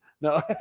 no